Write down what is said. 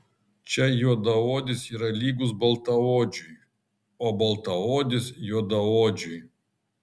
čia juodaodis yra lygus baltaodžiui o baltaodis juodaodžiui